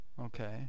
Okay